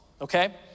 okay